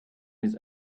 his